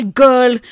girl